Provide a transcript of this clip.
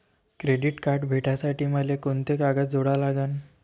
Credit card भेटासाठी मले कोंते कागद जोडा लागन?